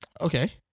Okay